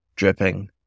dripping